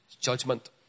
Judgment